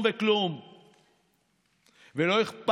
ולא משנה